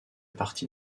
partie